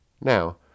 Now